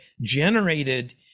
generated